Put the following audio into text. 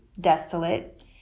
desolate